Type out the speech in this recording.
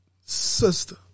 sister